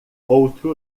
outro